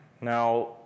Now